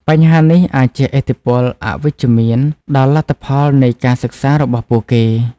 បញ្ហានេះអាចជះឥទ្ធិពលអវិជ្ជមានដល់លទ្ធផលនៃការសិក្សារបស់ពួកគេ។